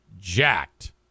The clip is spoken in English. jacked